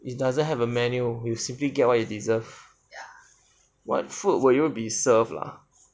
it doesn't have a menu will simply get what you deserve what food will you be serve ah